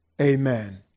amen